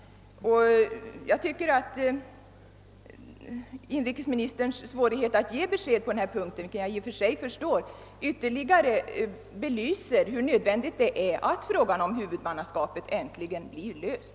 Jag tycker att inrikesministerns svårighet att ge besked på denna punkt, vilken jag i och för sig förstår, ytterligare belyser hur nödvändigt det är att frågan om huvudmannaskapet äntligen blir löst.